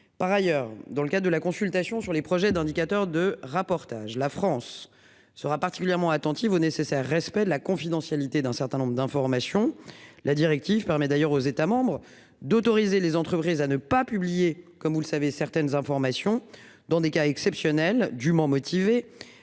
Par ailleurs, dans le cas de la consultation sur les. Projet d'indicateurs de reportage. La France sera particulièrement attentive au nécessaire respect de la confidentialité d'un certain nombre d'informations. La directive permet d'ailleurs aux États membres d'autoriser les entreprises à ne pas publier comme vous le savez certaines informations dans des cas exceptionnels, dument.